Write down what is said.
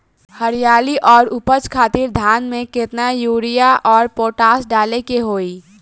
हरियाली और उपज खातिर धान में केतना यूरिया और पोटाश डाले के होई?